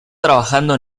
trabajando